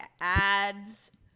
ads